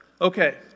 Okay